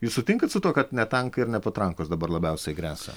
jūs sutinkat su tuo kad ne tankai ir ne patrankos dabar labiausiai gresia